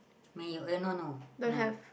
没有 eh no no no